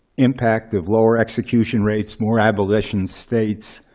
impact of lower execution rates, more abolition states,